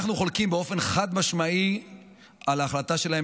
אנחנו חולקים באופן חד-משמעי על ההחלטה שלהם